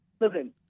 Listen